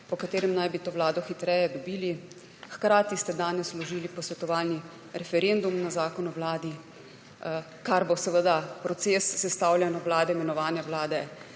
po katerem naj bi to vlado hitreje dobili. Hkrati ste danes vložili posvetovalni referendum na zakon o vladi, kar bo seveda proces sestavljanja in imenovanja vlade